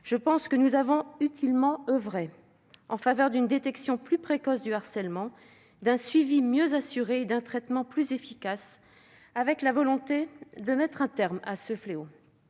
me semble-t-il, utilement oeuvré en faveur d'une détection plus précoce du harcèlement, d'un suivi mieux assuré et d'un traitement plus efficace, avec la volonté de mettre un terme à ce fléau.